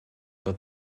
bod